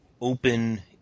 Open